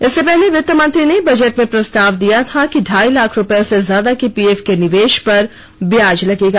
इससे पहले वित्त मंत्री ने बजट में प्रस्ताव दिया था कि ढाई लाख रूपये से ज्यादा के पीएफ के निवेश पर ब्याज लगेगा